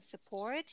support